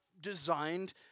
designed